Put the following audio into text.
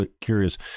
curious